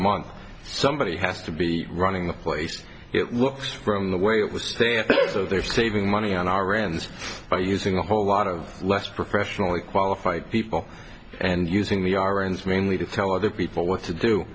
month somebody has to be running the place it looks from the way it was so they're saving money on iran's by using a whole lot of less professionally qualified people and using the aryans mainly to tell other people what to do